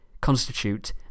constitute